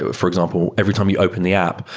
ah for example, every time you open the app,